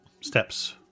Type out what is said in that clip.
steps